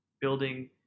Building